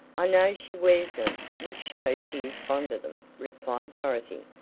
i know she wears them, which shows she is fond of them, replied dorothy,